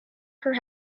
her